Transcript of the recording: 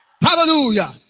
Hallelujah